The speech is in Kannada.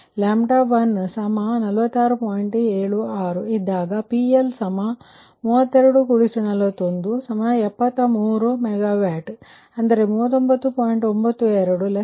76 ಇದ್ದಾಗ PL324173 MW ಅಂದರೆ 39